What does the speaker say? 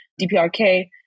DPRK